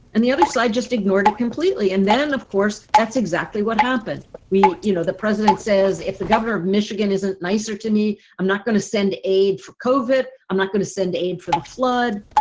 and the other side just ignored it completely. and then, of course, that's exactly what happened. we you know the president says if the governor of michigan isn't nicer to me, i'm not going to send aid for kovac. i'm not going to send aid for the flood.